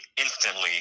instantly